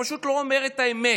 שפשוט לא אומר את האמת?